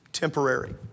Temporary